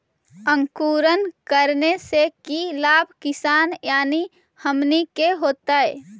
अंकुरण करने से की लाभ किसान यानी हमनि के होतय?